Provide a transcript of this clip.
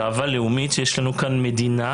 זו גאווה לאומית שיש לנו כאן מדינה